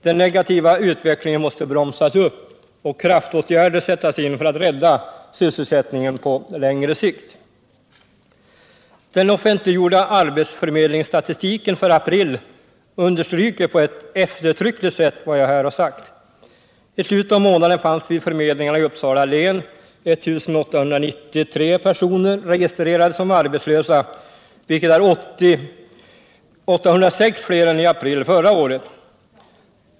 Den negativa utvecklingen måste bromsas och kraftåtgärder sättas in för att man skall kunna rädda sysselsättningen på längre sikt. Den offentliggjorda arbetsförmedlingsstatistiken för april understryker på ett eftertryckligt sätt vad jag här har sagt. I slutet av månaden fanns vid förmedlingarna i Uppsala län 1893 personer registrerade som arbetslösa, vilket är 806 fler än i april förra året.